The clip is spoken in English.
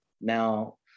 now